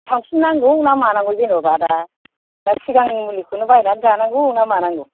थांफिननांगौ ना मानांगौ जेन'बा दा ना सिगांनि मुलिखौनो बायनानै जानांगौ ना मानांगौ